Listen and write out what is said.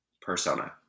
persona